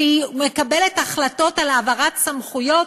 שהיא מקבלת החלטות על העברת סמכויות